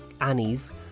Annie's